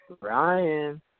Ryan